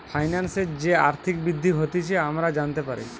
ফাইন্যান্সের যে আর্থিক বৃদ্ধি হতিছে আমরা জানতে পারি